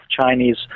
Chinese